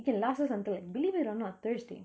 it can last us until like believe it or not thursday